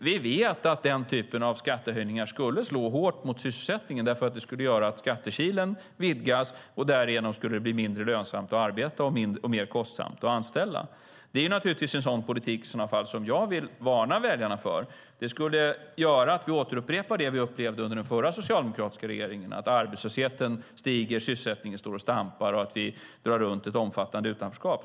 Vi vet att den typen av skattehöjningar skulle slå hårt mot sysselsättningen. Det skulle nämligen göra att skattekilen vidgas. Därigenom skulle det bli mindre lönsamt att arbeta och mer kostsamt att anställa. Det är naturligtvis en politik som jag vill varna väljarna för. Det skulle göra att vi återupprepar det vi upplevde under den förra socialdemokratiska regeringen, att arbetslösheten stiger, att sysselsättningen står och stampar och att vi drar runt ett omfattande utanförskap.